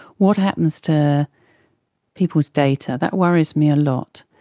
what happens to people's data. that worries me a lot.